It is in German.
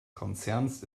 konzerns